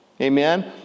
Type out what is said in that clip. Amen